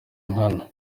nkana